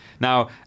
Now